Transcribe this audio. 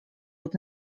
lub